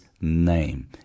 name